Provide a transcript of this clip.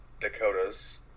Dakotas